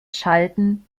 schalten